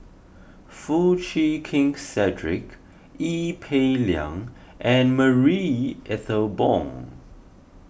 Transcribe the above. Foo Chee Keng Cedric Ee Peng Liang and Marie Ethel Bong